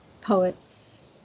poets